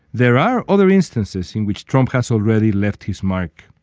there are other instances in which trump has already left his mark.